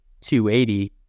$280